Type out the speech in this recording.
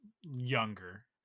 younger